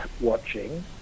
watching